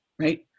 Right